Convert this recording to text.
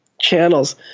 channels